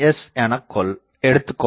என எடுத்துக்கொள்ளலாம்